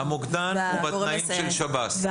המוקדן הוא בתנאים של שב"ס.